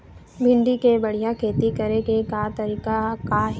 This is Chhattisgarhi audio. भिंडी के बढ़िया खेती करे के तरीका का हे?